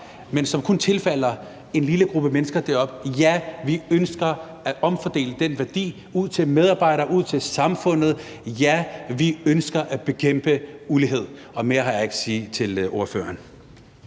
men som kun tilfalder en lille gruppe mennesker deroppe. Ja, vi ønsker at omfordele den værdi ud til medarbejderne, ud til samfundet. Ja, vi ønsker at bekæmpe ulighed. Mere har jeg ikke at sige til ordføreren.